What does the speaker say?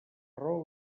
raó